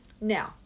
Now